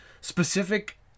specific